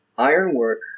Ironwork